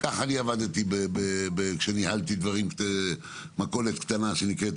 ככה עבדתי כשניהלתי את המכולת הקטנה שנקראת